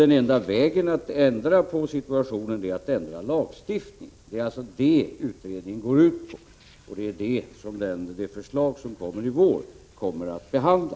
Den enda vägen att ändra situationen är att ändra lagstiftningen, och det är alltså det som utredningen syftar till och som det förslag som skall läggas fram i vår kommer att behandla.